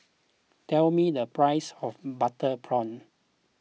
tell me the price of Butter Prawn